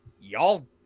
y'all